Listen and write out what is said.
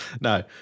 No